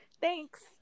thanks